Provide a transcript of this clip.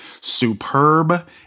superb